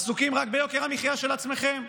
עסוקים רק ביוקר המחיה של עצמכם.